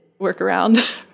workaround